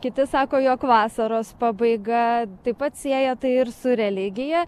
kiti sako jog vasaros pabaiga taip pat sieja tai ir su religija